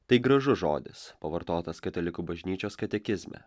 tai gražus žodis pavartotas katalikų bažnyčios katekizme